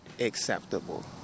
acceptable